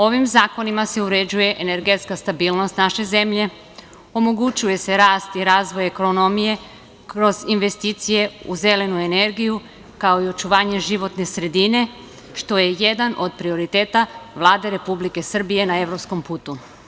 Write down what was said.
Ovim zakonima se uređuje energetska stabilnost naše zemlje, omogućuje se rast i razvoj ekonomije kroz investicije u zelenu energiju, kao i očuvanje životne sredine, što je jedan od prioriteta Vlade Republike Srbije na evropskom putu.